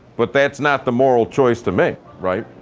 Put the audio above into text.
but that's not the moral choice to make, right?